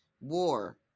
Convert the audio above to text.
War